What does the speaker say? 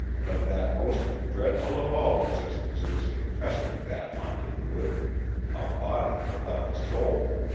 but that most dreadful of all existences infesting that haunted wood a body without a soul!